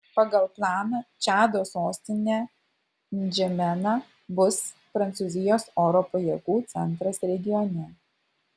pagal planą čado sostinė ndžamena bus prancūzijos oro pajėgų centras regione